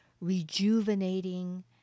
rejuvenating